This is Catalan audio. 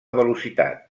velocitat